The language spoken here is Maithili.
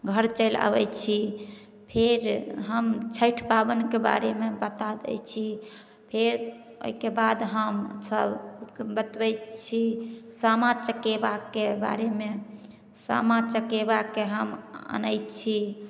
घर चैलि अबै छी फेर हम छठि पाबनिके बारेमे बता दै छी फेर ओहिके बाद हम सबके बतबै छी सामा चकेबाके बारेमे सामा चकेबाके हम आनै छी